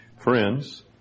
friends